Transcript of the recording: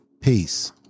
Peace